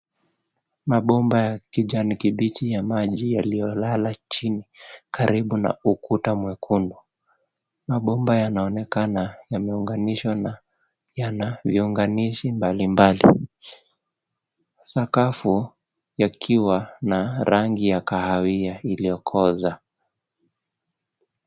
Mabomba ya kijani kibichi ya maji yaliolala chini, karibu na ukuta mwekundu. Mabomba yanaonekana yameunganishwa, na yana viunganishi mbalimbali. Sakafu yakiwa na rangi ya kahawia, iliokoza.